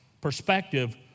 perspective